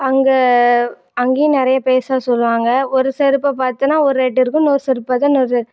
அங்கே அங்கேயும் நிறைய பைசா சொல்லுவாங்க ஒரு செருப்பை பார்த்தனா ஒரு ரேட்டு இருக்கும் இன்னொரு செருப்பு பார்த்தா இன்னொரு ரேட்